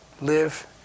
live